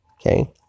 okay